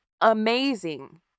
amazing